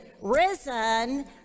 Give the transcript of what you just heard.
risen